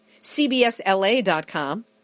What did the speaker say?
CBSLA.com